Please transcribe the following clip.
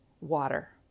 water